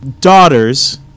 daughters